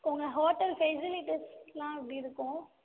உங்கள் ஹோட்டல் ஃபெசிலிட்டிஸ்லாம் எப்படி இருக்கும்